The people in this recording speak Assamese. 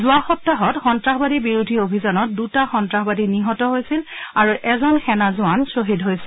যোৱা সপ্তাহত সন্ত্ৰাসবাদী বিৰোধী অভিযানত দুটা সন্ত্ৰাসবাদী নিহত হৈছিল আৰু এজন সেনা জোৱান খহীদ হৈছিল